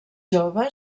jove